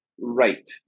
right